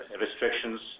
restrictions